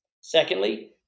Secondly